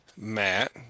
Matt